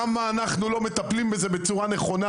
למה אנחנו לא מטפלים בזה בצורה נכונה